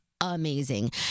amazing